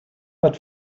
but